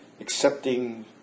accepting